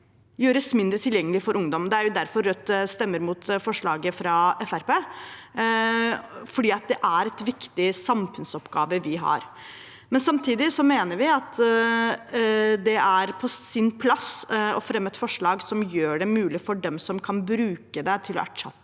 gjøres mindre tilgjengelig for ungdom. Det er derfor Rødt stemmer mot forslaget fra Fremskrittspartiet, for dette er en viktig samfunnsoppgave vi har. Samtidig mener vi det er på sin plass å fremme et forslag som gjør det mulig for dem som kan bruke dem til å erstatte